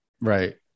Right